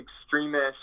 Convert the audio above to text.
extremist